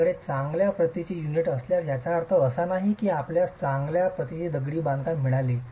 आपल्याकडे चांगल्या प्रतीची युनिट असल्यास याचा अर्थ असा नाही की आपणास चांगल्या प्रतीची दगडी बांधकाम मिळाली